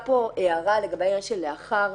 הייתה פה הערה לגבי העניין שלאחר.